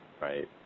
right